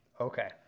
Okay